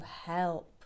help